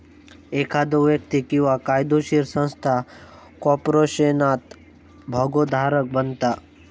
एखादो व्यक्ती किंवा कायदोशीर संस्था कॉर्पोरेशनात भागोधारक बनता